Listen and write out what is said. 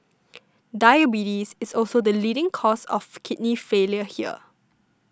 diabetes is also the leading cause of kidney failure here